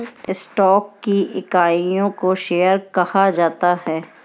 stock की इकाइयों को शेयर कहा जाता है